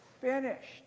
finished